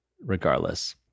regardless